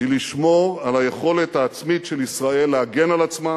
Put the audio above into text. היא לשמור על היכולת העצמית של ישראל להגן על עצמה